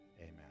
Amen